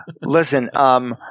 listen